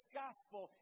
gospel